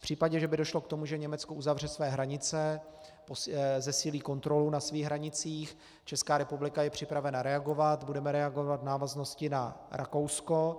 V případě, že by došlo k tomu, že Německo uzavře své hranice, zesílí kontrolu na svých hranicích, Česká republika je připravena reagovat, budeme reagovat v návaznosti na Rakousko.